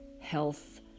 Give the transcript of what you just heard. health